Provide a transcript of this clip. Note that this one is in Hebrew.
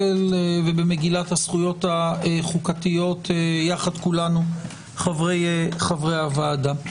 ובמגילת הזכויות החוקתיות יחד כולנו חברי הוועדה.